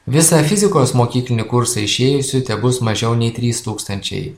visą fizikos mokyklinį kursą išėjusių tebus mažiau nei trys tūkstančiai